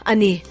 Ani